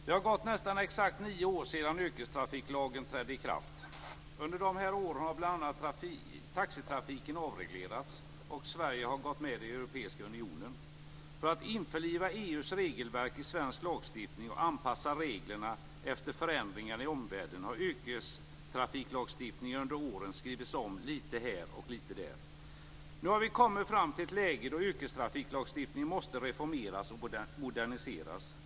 Fru talman! Det har gått nästan exakt nio år sedan yrkestrafiklagen trädde i kraft. Under de här åren har bl.a. taxitrafiken avreglerats och Sverige gått med i Europeiska unionen. För att införliva EU:s regelverk i svensk lagstiftning och anpassa reglerna efter förändringar i omvärlden har yrkestrafiklagstiftningen under åren skrivits om litet här och där. Nu har vi kommit fram till ett läge då yrkestrafiklagstiftningen måste reformeras och moderniseras.